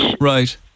Right